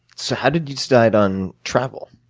so how did you decide on travel?